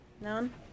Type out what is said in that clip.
None